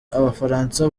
abafaransa